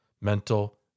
mental